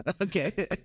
okay